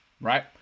right